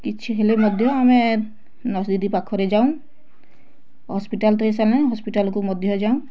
କିଛି ହେଲେ ମଧ୍ୟ ଆମେ ପାଖରେ ଯାଉ ହସ୍ପିଟାଲ ତ ହେଇ ସାରିଲାଣି ହସ୍ପିଟାଲକୁ ମଧ୍ୟ ଯାଉ